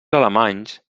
alemanys